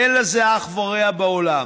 אין לזה אח ורע בעולם.